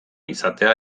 izatea